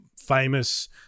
famous